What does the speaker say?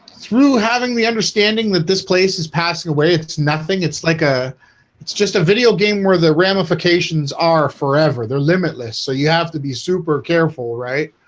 through having the understanding that this place is passing away. it's nothing it's like a it's just a video game where the ramifications are forever. forever. they're limitless. so you have to be super careful, right?